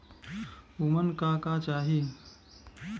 उमन का का चाही?